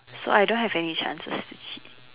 so I don't have any chances